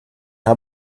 how